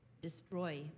destroy